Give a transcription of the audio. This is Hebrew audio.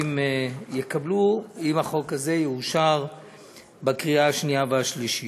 יקבלו אם החוק הזה יאושר בקריאה שנייה ושלישית.